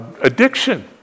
addiction